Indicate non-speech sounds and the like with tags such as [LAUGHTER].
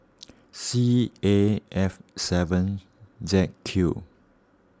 [NOISE] C A F seven Z Q